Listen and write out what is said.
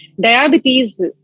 diabetes